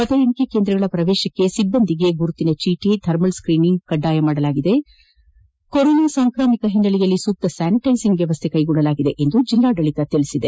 ಮತ ಎಣಿಕಾ ಕೇಂದ್ರಗಳ ಪ್ರವೇಶಕ್ಕೆ ಸಿಬ್ಬಂದಿಗಳ ಗುರುತಿನ ಚೀಟಿ ಧರ್ಮಲ್ ಸ್ಕ್ಯಾನಿಂಗ್ ಕಡ್ಡಾಯ ಮಾಡಲಾಗಿದ್ದು ಕೊರೊನಾ ಸಾಂಕ್ರಾಮಿದಕ ಹಿನ್ನೆಲೆಯಲ್ಲಿ ಸೂಕ್ತ ಸ್ಯಾನಿಟೈಸಿಂಗ್ ಮಾಡಲಾಗಿದೆ ಎಂದು ಜಿಲ್ಲಾಡಳಿತ ತಿಳಿಸಿದೆ